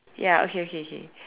ya okay okay okay